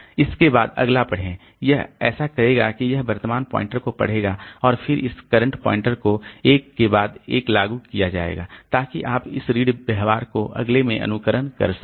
इसके बाद अगला पढ़ें यह ऐसा करेगा कि यह वर्तमान पॉइंटर को पढ़ेगा और फिर इस करंट पॉइंटर को एक के बाद एक लागू किया जाएगा ताकि आप इस रीड व्यवहार को अगले में अनुकरण कर सकें